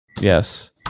Yes